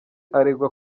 aregwa